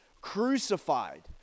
crucified